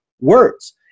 words